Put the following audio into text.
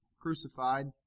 crucified